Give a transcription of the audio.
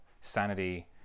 Sanity